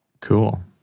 Cool